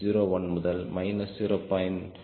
01 முதல் மைனஸ் 0